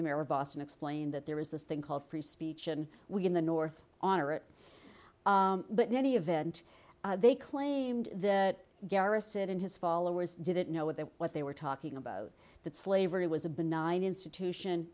the mayor of boston explained that there is this thing called free speech and we in the north honor it but in any event they claimed that garrison and his followers didn't know what they what they were talking about that slavery was a benign institution